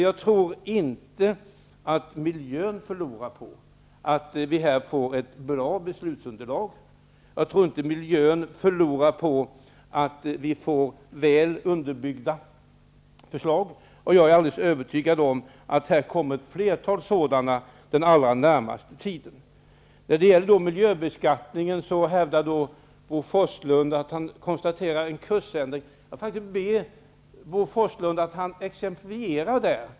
Jag tror inte att miljön förlorar på att vi här får ett bra beslutsunderlag. Jag tror inte att miljön förlorar på att vi får väl underbyggda förslag. Jag är övertygad om att det kommer ett flertal sådana den närmaste tiden. När det gäller miljöbeskattningen hävdar Bo Forslund att han konstaterar en kursändring. Jag ber Bo Forslund att exemplifiera det.